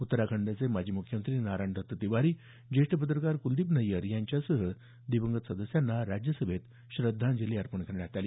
उत्तराखंडचे माजी मुख्यमंत्री नारायण दत्त तिवारी ज्येष्ठ पत्रकार कुलदीप नय्यर यांच्यासह दिवंगत सदस्यांना राज्यसभेत श्रद्धांजली अर्पण करण्यात आली